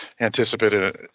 anticipated